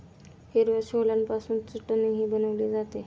हिरव्या छोल्यापासून चटणीही बनवली जाते